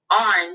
Orange